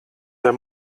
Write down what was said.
der